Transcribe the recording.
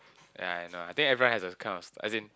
ya I know I think everyone has a kind of st~ as in